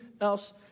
else